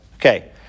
Okay